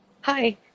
Hi